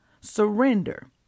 surrender